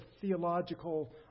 theological